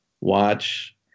watch